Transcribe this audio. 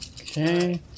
Okay